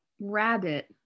rabbit